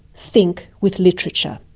think with literature.